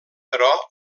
però